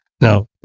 now